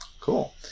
Cool